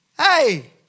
Hey